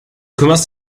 kümmerst